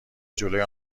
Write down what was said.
جلوی